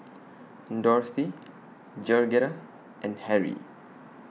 Dorthy Georgetta and Harry